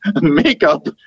makeup